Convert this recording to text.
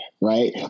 right